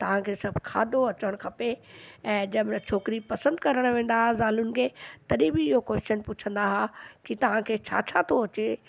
तहांखे सभु खाधो अचण खपे ऐं जैमहिल छोकिरी पसंदि करण वेंदा ज़ालुनि खे तॾहिं बि इहो कोशन पुछंदा की तव्हांखे छा छा थो अचे